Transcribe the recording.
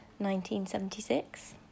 1976